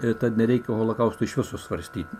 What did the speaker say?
ir kad nereikia holokausto iš viso svarstyti